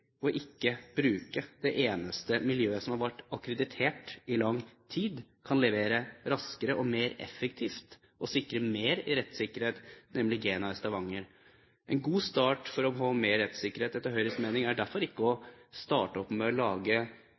ikke å bruke det eneste miljøet som har vært akkreditert i lang tid, som kan levere raskere og mer effektivt og sikre mer rettssikkerhet, nemlig Gena i Stavanger. En god start for å få mer rettssikkerhet er, etter Høyres mening, derfor ikke å starte opp med å lage